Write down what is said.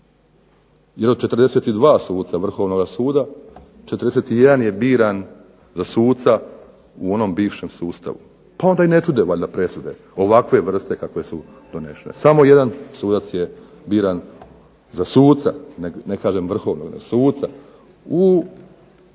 Jer od 42 suca Vrhovnog suda, 41 je biran za suca u onom bivšem sustavu, onda valjda ne čude presude ovakve vrste kakve su donesene, samo jedan sudac je biran za suca, ne kažem Vrhovnoga, suca u neovisnoj